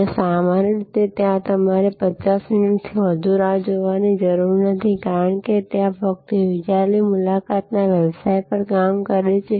અને સામાન્ય રીતે તમારે ત્યાં 50 મિનિટથી વધુ રાહ જોવાની જરૂર નથી કારણ કે ત્યાં ફક્ત યોજેલી મુલાકાતના વ્યવસાય પર કામ કરે છે